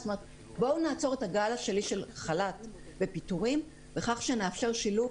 בואו נעצור את הגל השני של חל"ת ופיטורים בכך שנאפשר שילוב